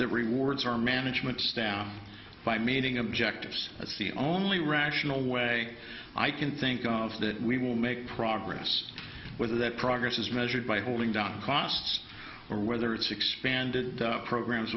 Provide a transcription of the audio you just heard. that rewards our management staff by meeting objectives that's the only rational way i can think of that we will make progress whether that progress is measured by holding down costs or whether it's expanded programs